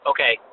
Okay